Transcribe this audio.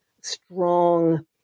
strong